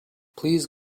please